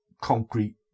concrete